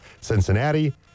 Cincinnati